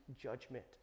judgment